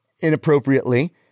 inappropriately